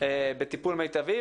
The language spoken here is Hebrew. בטיפול מיטבי.